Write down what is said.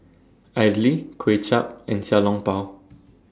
Idly Kway Chap and Xiao Long Bao